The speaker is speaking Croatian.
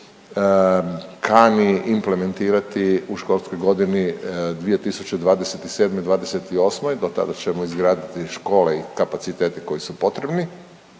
kani implementirati u školskoj godini 2027./2028. Do tada ćemo izgraditi škole i kapacitete koji su potrebni